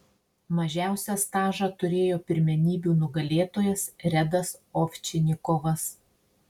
mažiausią stažą turėjo pirmenybių nugalėtojas redas ovčinikovas